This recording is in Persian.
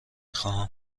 خواهم